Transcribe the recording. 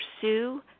pursue